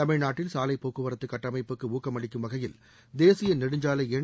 தமிழ்நாட்டில் சாலைப் போக்குவரத்து கட்டமைப்புக்கு ஊக்கமளிக்கும் வகையில் தேசிய நெடுஞ்சாலை எண்